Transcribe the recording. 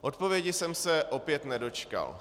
Odpovědi jsem se opět nedočkal.